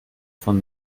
von